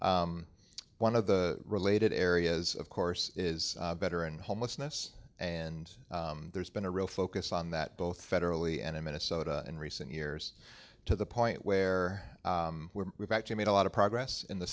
one of the related areas of course is better and homelessness and there's been a real focus on that both federally and in minnesota in recent years to the point where we've actually made a lot of progress in the